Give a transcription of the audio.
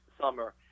summer